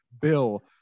bill